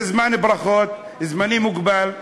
זה זמן לברכות, וזמני מוגבל.